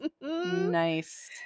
nice